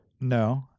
No